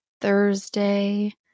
Thursday